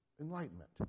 Enlightenment